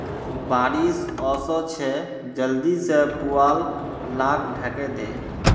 बारिश ओशो छे जल्दी से पुवाल लाक ढके दे